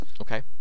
Okay